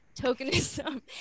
tokenism